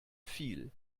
viel